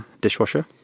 dishwasher